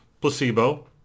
placebo